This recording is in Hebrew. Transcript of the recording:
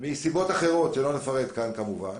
מסיבות אחרות שלא נפרט כאן, כמובן.